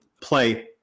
play